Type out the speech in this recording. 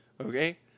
okay